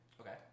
Okay